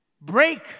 break